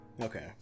Okay